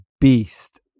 beast